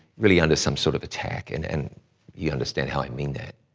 really, under some sort of attack, and and you understand how i mean that.